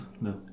No